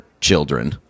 children